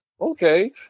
okay